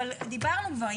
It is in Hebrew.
אבל דיברנו כבר,